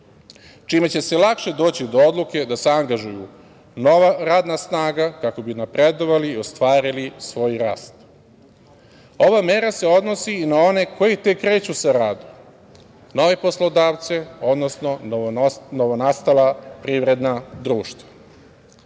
čime će se lakše doći do odluke da se angažuje nova radna snaga kako bi napredovali i ostvarili svoj rast. Ova mera se odnosi i na one koji tek kreću sa radom, nove poslodavce, odnosno novonastala privredna